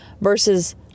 versus